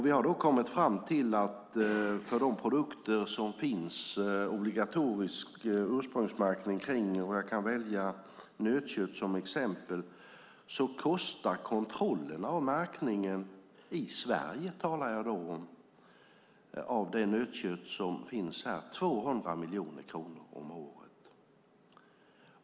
Vi har då kommit fram till att för de produkter som det finns obligatorisk ursprungsmärkning av, jag kan välja nötkött som exempel, kostar kontrollerna av märkningen - i Sverige talar jag då om - 200 miljoner kronor om året.